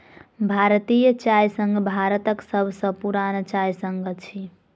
भारतीय चाय संघ भारतक सभ सॅ पुरान चाय संघ अछि